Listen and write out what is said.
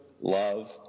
love